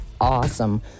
awesome